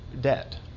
debt